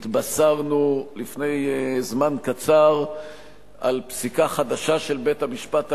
התבשרנו לפני זמן קצר על פסיקה חדשה של בית-המשפט העליון,